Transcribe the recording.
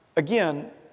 again